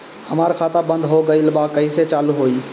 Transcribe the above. हमार खाता बंद हो गइल बा कइसे चालू होई?